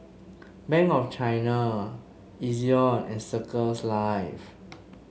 Bank of China Ezion and Circles Life